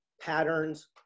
Patterns